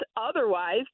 otherwise